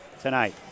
tonight